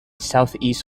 southeast